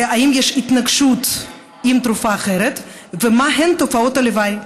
האם יש התנגשות עם תרופה אחרת ומהן תופעות הלוואי.